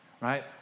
right